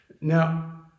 Now